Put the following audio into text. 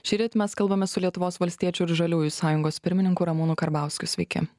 šįryt mes kalbame su lietuvos valstiečių ir žaliųjų sąjungos pirmininku ramūnu karbauskiu sveiki